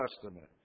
Testament